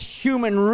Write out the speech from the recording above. human